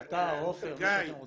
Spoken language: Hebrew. אתה או עופר, מי שאתם רוצים.